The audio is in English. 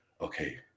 Okay